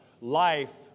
life